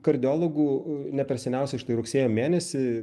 kardiologų ne per seniausiai štai rugsėjo mėnesį